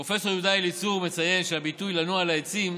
פרופ' יהודה אליצור מציין שהביטוי "לנוע על העצים"